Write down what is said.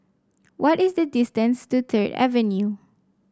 what is the distance to Third Avenue